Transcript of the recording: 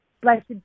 blessed